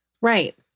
right